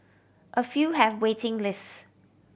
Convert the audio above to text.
a few have waiting lists